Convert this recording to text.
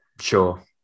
Sure